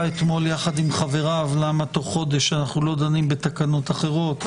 אתמול יחד עם חבריו למה תוך חודש אנחנו לא דנים בתקנות אחרות.